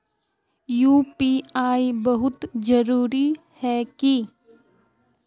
UPI बहुत जरूरी है की?